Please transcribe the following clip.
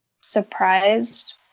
surprised